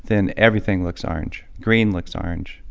then everything looks orange. green looks orange.